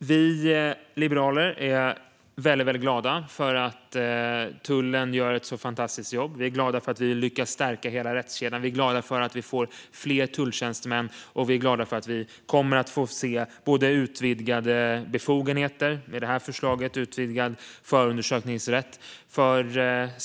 Vi liberaler är väldigt glada för att tullen gör ett sådant fantastiskt jobb. Vi är glada för att vi lyckats stärka hela rättskedjan. Vi är glada för att vi får fler tulltjänstemän, och vi är glada för att vi kommer att få se utvidgade befogenheter - med det här förslaget utvidgad förundersökningsrätt.